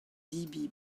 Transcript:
zebriñ